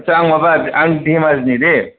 आस्सा आं माबा आं धेमाजिनि दे